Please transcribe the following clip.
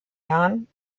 jahren